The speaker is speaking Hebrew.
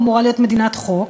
אמורה להיות מדינת חוק,